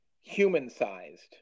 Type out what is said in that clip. human-sized